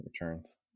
Returns